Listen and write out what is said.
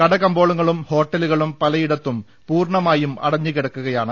കട കമ്പോളങ്ങളും ഹോട്ടലുകളും പലയിടത്തും പൂർണമായി അടഞ്ഞു കിടക്കുകയാണ്